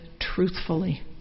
truthfully